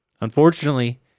Unfortunately